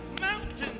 Mountains